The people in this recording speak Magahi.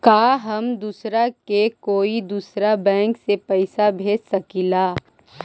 का हम दूसरा के कोई दुसरा बैंक से पैसा भेज सकिला?